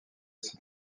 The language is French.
cette